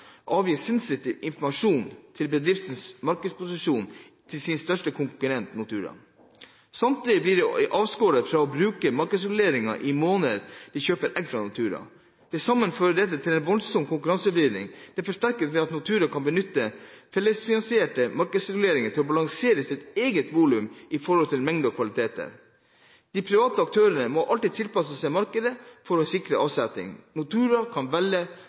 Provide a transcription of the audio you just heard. avgi sensitiv informasjon om bedriftens markedsposisjon til sin største konkurrent. Samtidig blir de avskåret fra å bruke markedsreguleringen i måneder de kjøper egg fra Nortura. Til sammen fører dette til en voldsom konkurransevridning. Dette forsterkes ved at Nortura kan benytte den fellesfinansierte markedsreguleringen til å balansere sitt eget volum i forhold til mengde og kvaliteter. De private aktørene må alltid tilpasse seg markedet for å sikre seg avsetning. Nortura kan velge